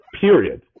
period